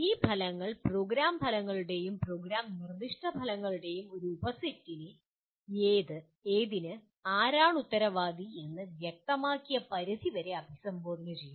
ഈ ഫലങ്ങൾ പ്രോഗ്രാം ഫലങ്ങളുടെയും പ്രോഗ്രാം നിർദ്ദിഷ്ട ഫലങ്ങളുടെയും ഒരു ഉപസെറ്റിനെ ഏതിന് ആരാണ് ഉത്തരവാദി എന്ന് വ്യക്തമാക്കിയ പരിധി വരെ അഭിസംബോധന ചെയ്യുന്നു